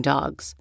Dogs